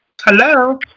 Hello